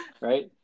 right